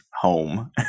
home